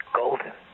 golden